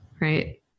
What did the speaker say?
right